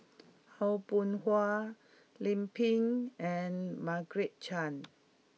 Aw Boon Haw Lim Pin and Margaret Chan